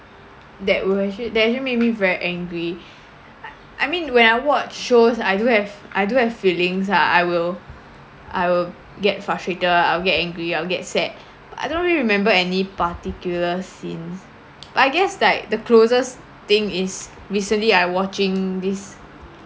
that would actually that actually made me very angry I I mean when I watch shows I do have I do have feelings lah I will I'll get frustrated I'll get angry I'll get sad but I don't really remember any particular scenes but I guess like the closest thing is recently I watching this